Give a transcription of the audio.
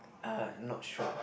uh not sure